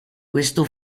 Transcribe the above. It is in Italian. questo